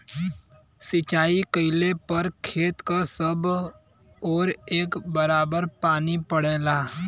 सिंचाई कइले पर खेत क सब ओर एक बराबर पानी पड़ेला